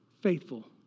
faithful